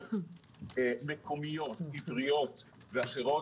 עובדות מקומיות עבריות ואחרות.